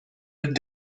êtes